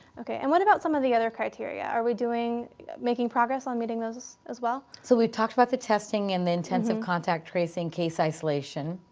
okay. and what about some of the other criteria? are we making progress on meeting those as well? so we've talked about the testing and the intensive contact tracing case isolation.